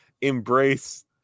embrace